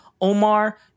Omar